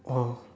oh